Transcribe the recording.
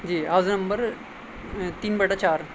جی house number تین بٹا چار